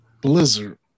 blizzard